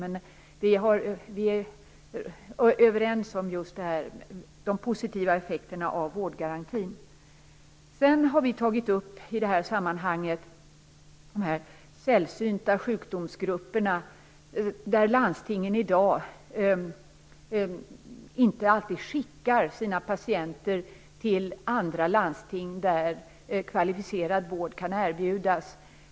Men vi är överens om de positiva effekterna av vårdgarantin. I det här sammanhanget har vi tagit upp sällsynta sjukdomar. Landstingen skickar i dag inte alltid sina patienter till andra landsting där kvalificerad vård kan erbjudas.